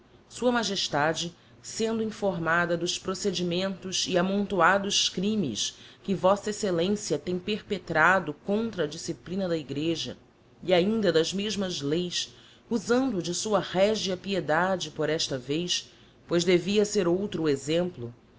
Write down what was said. sua magestade sendo informada dos procedimentos e amontoados crimes que v exc a tem perpretado contra a disciplina da igreja e ainda das mesmas leis usando de sua regia piedade por esta vez